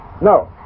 No